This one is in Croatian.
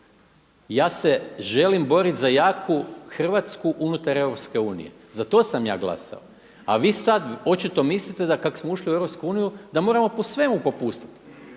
Ja se želim boriti za jaku Hrvatsku unutar EU. Za to sam ja glasao. A vi sada očito mislite da kako smo ušli u EU da moramo po svemu popustiti,